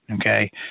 okay